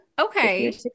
Okay